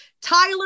Tyler